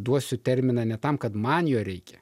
duosiu terminą ne tam kad man jo reikia